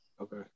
Okay